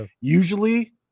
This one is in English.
usually